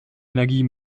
energie